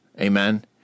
Amen